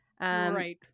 Right